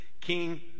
king